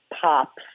pops